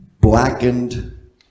blackened